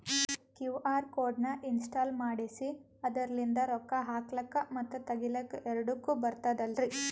QR code ನ ಇನ್ಸ್ಟಾಲ ಮಾಡೆಸಿ ಅದರ್ಲಿಂದ ರೊಕ್ಕ ಹಾಕ್ಲಕ್ಕ ಮತ್ತ ತಗಿಲಕ ಎರಡುಕ್ಕು ಬರ್ತದಲ್ರಿ?